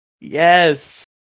Yes